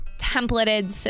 templated